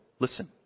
Listen